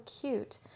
cute